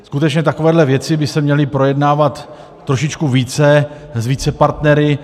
Skutečně takovéhle věci by se měly projednávat trošičku více, s více partnery.